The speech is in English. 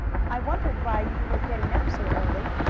i wondered why you were getting up so early.